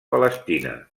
palestina